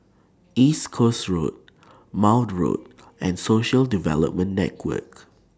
East Coast Road Maude Road and Social Development Network